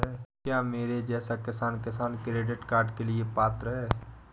क्या मेरे जैसा किसान किसान क्रेडिट कार्ड के लिए पात्र है?